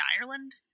Ireland